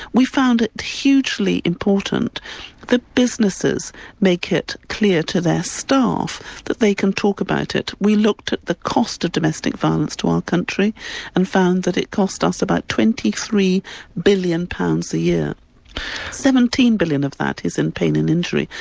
we found it hugely important that businesses make it clear to their staff that they can talk about it. we looked at the cost of domestic violence to our country and found that it cost us about twenty three billion pounds a year seventeen billion of that is in pain and injury,